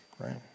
right